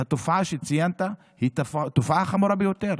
התופעה שציינת היא תופעה חמורה ביותר,